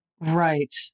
Right